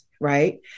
right